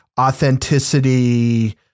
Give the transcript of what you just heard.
authenticity